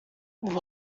what